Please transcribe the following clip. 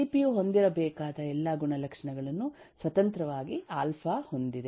CPU ಹೊಂದಿರಬೇಕಾದ ಎಲ್ಲಾ ಗುಣಲಕ್ಷಣಗಳನ್ನು ಸ್ವತಂತ್ರವಾಗಿ ಆಲ್ಫಾ ಹೊಂದಿದೆ